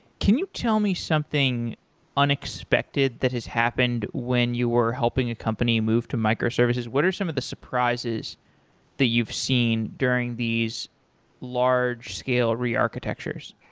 can you tell me something unexpected that has happened when you were helping a company move to microservices. what are some of the surprises that you've seen during these large-scale re-architectures?